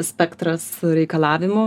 spektras reikalavimų